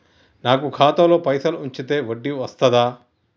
నాకు ఖాతాలో పైసలు ఉంచితే వడ్డీ వస్తదా?